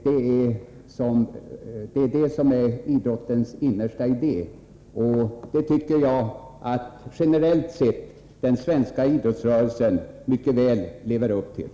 Det är idrottens innersta idé, och den tycker jag att den svenska idrottsrörelsen mycket väl lever upp till.